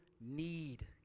need